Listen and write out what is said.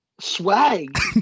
Swag